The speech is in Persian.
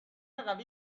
قوی